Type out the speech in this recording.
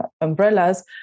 umbrellas